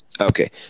okay